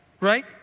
right